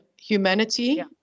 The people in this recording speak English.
humanity